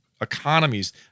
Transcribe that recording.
economies